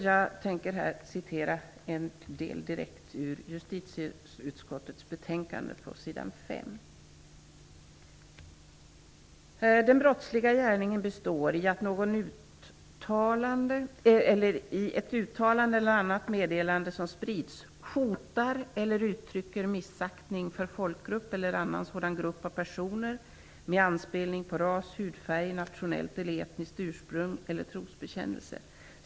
Jag tänker här citera en del direkt ur Justitieutskottets betänkande på s. 5: ''Den brottsliga gärningen består i att någon i ett uttalande eller annat meddelande som sprids, hotar eller uttrycker missaktning för folkgrupp eller annan sådan grupp av personer med anspelning på ras, hudfärg, nationellt eller etniskt ursprung eller trosbekännelse.